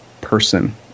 person